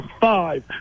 five